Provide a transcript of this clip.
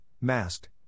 masked